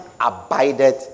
abided